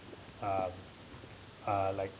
uh uh like